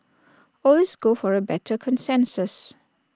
always go for A better consensus